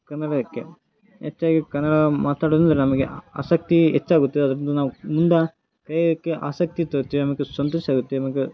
ಕನ್ನಡಕ್ಕೆ ಹೆಚ್ಚಾಗಿ ಕನ್ನಡ ಮಾತಾಡುದು ಅಂದರೆ ನಮಗೆ ಆಸಕ್ತಿ ಹೆಚ್ಚಾಗುತ್ತೆ ಅದರಿಂದ ನಾವು ಮುಂದೆ ಕಲಿಯೋಕ್ಕೆ ಆಸಕ್ತಿ ತೋರ್ತೇವೆ ಆಮ್ಯಾಕೆ ಸಂತೋಷ ಆಗುತ್ತೆ ಆಮ್ಯಾಕೆ